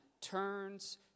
turns